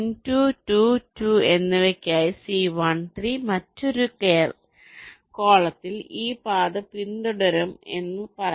N2 2 2 എന്നിവയ്ക്കായുള്ള C13 മറ്റൊരു കോളത്തിൽ ഈ പാത പിന്തുടരുമെന്ന് പറയാം